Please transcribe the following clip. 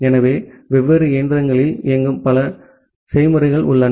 ஆகவே வெவ்வேறு இயந்திரங்களில் இயங்கும் பல செயல்முறைகள் உள்ளன